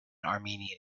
armenian